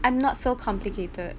I'm not so complicated